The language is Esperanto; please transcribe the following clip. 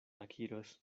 akiros